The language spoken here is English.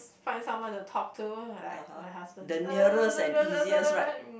find someone to talk to like my husband